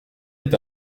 est